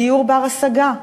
בדיור בר-השגה,